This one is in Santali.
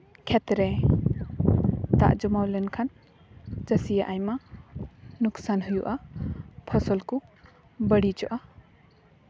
ᱠᱷᱮᱛ ᱨᱮ ᱫᱟᱜ ᱡᱚᱢᱟᱣ ᱞᱮᱱᱠᱷᱟᱱ ᱪᱟᱹᱥᱤᱭᱟᱜ ᱟᱭᱢᱟ ᱞᱳᱠᱥᱟᱱ ᱦᱩᱭᱩᱜᱼᱟ ᱯᱷᱚᱥᱚᱞ ᱠᱚ ᱵᱟᱹᱲᱤᱡᱚᱜᱼᱟ